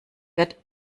wird